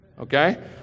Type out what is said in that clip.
okay